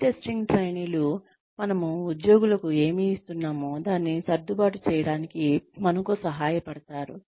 pre testing ట్రైనీలు మనము ఉద్యోగులకు ఏమి ఇస్తున్నామో దాన్ని సర్దుబాటు చేయడానికి మనకు సహాయపడతారు